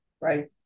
right